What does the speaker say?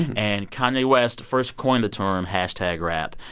and kanye west first coined the term hashtag rap.